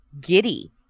giddy